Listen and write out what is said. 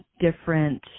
different